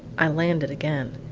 i landed again.